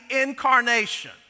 incarnation